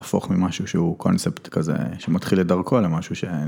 ‫הפוך ממשהו שהוא קונספט כזה ‫שמתחיל את דרכו למשהו ש...